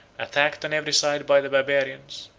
attacked on every side by the barbarians,